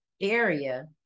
area